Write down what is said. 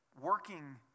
working